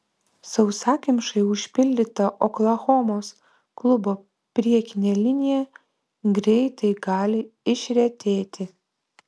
sausakimšai užpildyta oklahomos klubo priekinė linija greitai gali išretėti